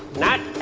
not